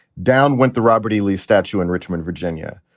down went the robert e. lee statue in richmond, virginia.